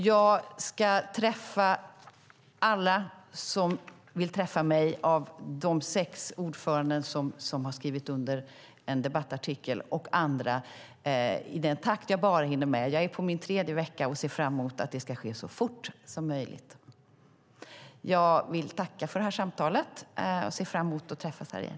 Jag ska träffa alla som vill träffa mig av de sex ordförande som har skrivit under en debattartikel och andra i den takt jag bara hinner med. Jag är på min tredje vecka och ser fram emot att det ska ske så fort som möjligt. Jag vill tacka för det här samtalet och ser fram emot att träffas här igen.